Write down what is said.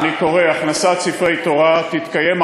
תודה.